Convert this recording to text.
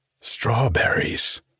strawberries